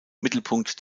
mittelpunkt